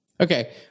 Okay